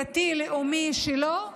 הדתי או הלאומי שלו,